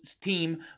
team